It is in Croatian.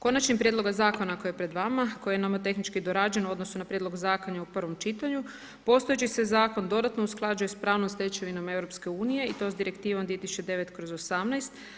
Konačnim prijedlogom zakona, koji je pred vama, koji je nomo tehnički dorađen u odnosu na prijedlog zakona u prvom čitanju, postojeći se zakon dodatno usklađuje s pravnom stečevinom EU i to s direktivom 2009/